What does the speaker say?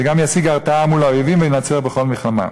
וגם ישיג הרתעה מול האויבים וינצח בכל מלחמה.